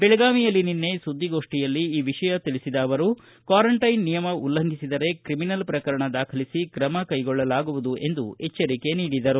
ಬೆಳಗಾವಿಯಲ್ಲಿ ನಿನ್ನೆ ಸುದ್ದಿಗೋಷ್ಠಿಯಲ್ಲಿ ಈ ವಿಷಯ ತಿಳಿಸಿದ ಅವರು ಕ್ವಾರಂಟೈನ್ ನಿಯಮ ಉಲ್ಲಂಘಿಸಿದರೆ ಕ್ರಿಮಿನಲ್ ಪ್ರಕರಣ ದಾಖಲಿಸಿ ಕ್ರಮ ಕೈಗೊಳ್ಳಲಾಗುವುದು ಎಂದರು